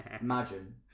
imagine